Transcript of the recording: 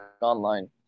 online